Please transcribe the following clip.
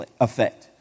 effect